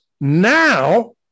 now